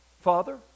Father